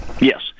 Yes